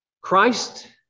Christ